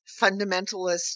fundamentalist